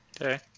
Okay